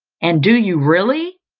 and do you really,